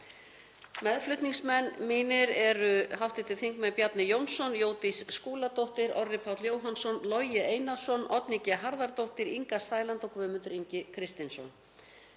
Meðflutningsmenn mínir eru hv. þingmenn Bjarni Jónsson, Jódís Skúladóttir, Orri Páll Jóhannsson, Logi Einarsson, Oddný G. Harðardóttir, Inga Sæland og Guðmundur Ingi Kristinsson.